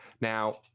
now